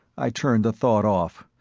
i turned the thought off,